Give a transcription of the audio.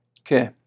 Okay